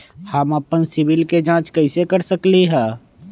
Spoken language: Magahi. हम अपन सिबिल के जाँच कइसे कर सकली ह?